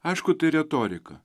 aišku tai retorika